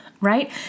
right